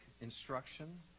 instruction